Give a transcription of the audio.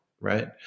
Right